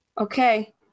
okay